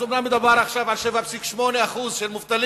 אז אומנם מדובר עכשיו על 7.8% מובטלים,